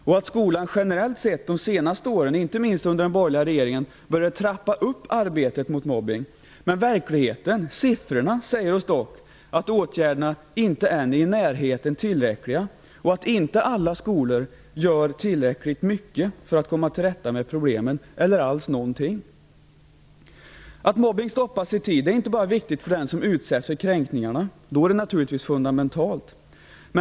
Skolan har generellt sett under de senaste åren, inte minst under den borgerliga regeringens tid, börjat trappa upp arbetet mot mobbning. Men verkligheten, siffrorna, säger oss dock att åtgärderna är långtifrån tillräckliga. Alla skolor gör inte tillräckligt mycket för att komma till rätta med problemen, om de alls gör någonting. Att mobbning stoppas i tid är inte bara viktigt för dem som utsätts för kränkningarna; för dem är det naturligtvis fundamentalt.